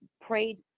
prayed